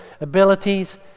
abilities